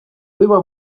była